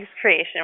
creation